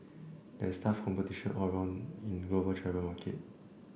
there is tough competition all round in the global travel market